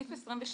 סעיף 22,